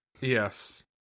Yes